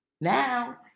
Now